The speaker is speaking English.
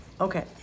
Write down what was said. Okay